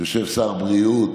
יושב שר בריאות,